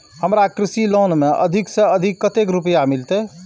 हमरा कृषि लोन में अधिक से अधिक कतेक रुपया मिलते?